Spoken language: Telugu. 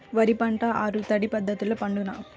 వరి పంట ఆరు తడి పద్ధతిలో పండునా?